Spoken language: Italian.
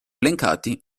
elencati